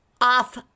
off